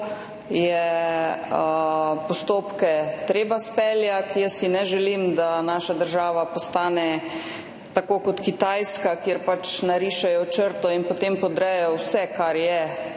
to postopke treba izpeljati. Ne želim si, da naša država postane tako kot Kitajska, kjer pač narišejo črto in potem podrejo vse, kar je